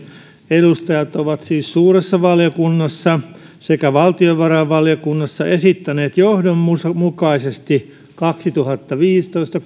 edustajat ovat siis suuressa valiokunnassa sekä valtiovarainvaliokunnassa esittäneet johdonmukaisesti kaksituhattaviisitoista